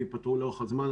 וייפתרו לאורך הזמן,